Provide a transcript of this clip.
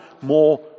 more